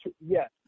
yes